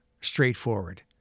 straightforward